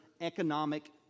economic